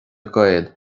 gael